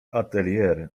atelier